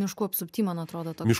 miškų apsupty man atrodo toks